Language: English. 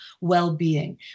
well-being